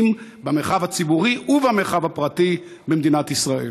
במרחב הציבורי ובמרחב הפרטי במדינת ישראל.